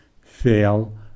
fail